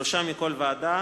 שלושה מכל ועדה,